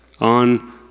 on